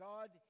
God